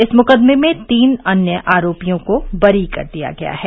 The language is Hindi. इस मुकदमे में तीन अन्य आरोपियों को बरी कर दिया गया है